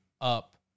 up